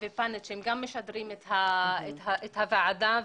ופאנל שגם הם משדרים את הדיון בוועדה.